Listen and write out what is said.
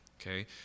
okay